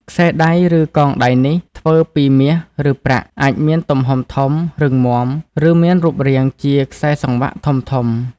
ខ្សែដៃឬកងដៃនេះ ធ្វើពី មាស ឬប្រាក់ អាចមាន ទំហំធំ រឹងមាំ ឬមានរូបរាងជា ខ្សែសង្វាក់ធំៗ។